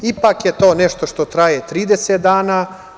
Ipak je to nešto što traje 30 dana.